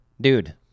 Dude